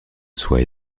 soie